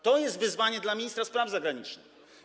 To jest wyzwanie dla ministra spraw zagranicznych.